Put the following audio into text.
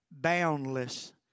boundless